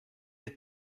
être